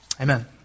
amen